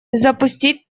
запустить